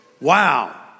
Wow